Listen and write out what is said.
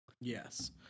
Yes